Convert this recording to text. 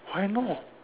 why not